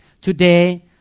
Today